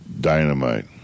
dynamite